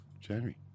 January